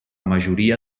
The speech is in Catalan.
majoria